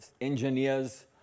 engineers